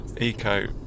eco